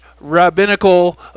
rabbinical